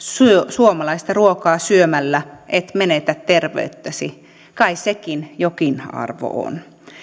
suomalaista ruokaa syömällä et menetä terveyttäsi kai sekin jokin arvo on